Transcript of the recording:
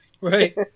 Right